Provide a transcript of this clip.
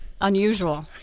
unusual